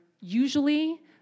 usually